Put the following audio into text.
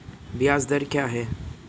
ब्याज दर क्या है?